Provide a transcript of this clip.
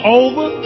over